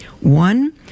one